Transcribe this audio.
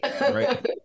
Right